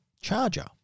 charger